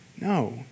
No